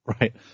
right